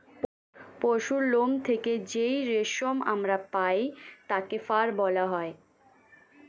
পশুর লোম থেকে যেই রেশম আমরা পাই তাকে ফার বলা হয়